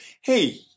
hey